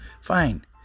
Fine